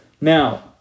Now